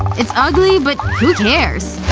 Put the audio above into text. it's ugly but who cares.